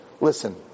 listen